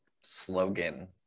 slogan